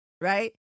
right